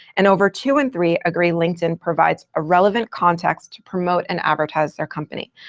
and over two in three agree linkedin provides a relevant context to promote and advertise their company.